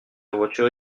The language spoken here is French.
voiture